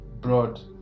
broad